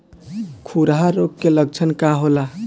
खुरहा रोग के लक्षण का होला?